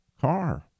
car